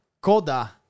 Koda